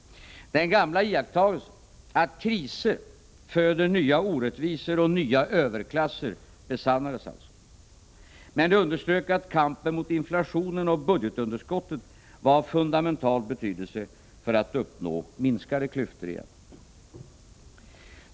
Den gamla iakttagelsen att kriser föder nya orättvisor och nya överklasser besannades alltså. Detta underströk att kampen mot inflationen och budgetunderskottet var av fundamental betydelse för att uppnå minskade klyftor igen.